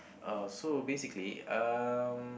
uh so basically um